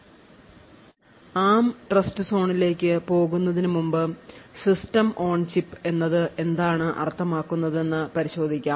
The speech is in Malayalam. ARM ട്രസ്റ്റ്സോണിലേക്ക് പോകുന്നതിനുമുമ്പ് സിസ്റ്റം ഓൺ ചിപ്പ് എന്നത് എന്താണ് അർത്ഥമാക്കുന്നത് എന്ന് പരിശോധിക്കാം